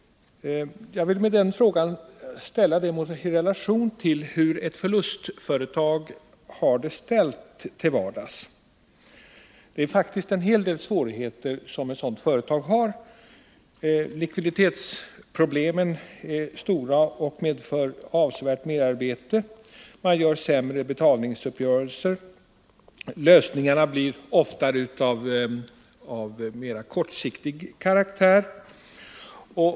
Jag vill sätta den frågan i relation till hur ett förlustföretag har det till vardags. Ett sådant företag har faktiskt en hel del svårigheter. Likviditetsproblemen är stora och medför avsevärt merarbete. Man gör sämre betalningsuppgörelser. Lösningana blir ofta av mera kortsiktig karaktär.